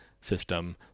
system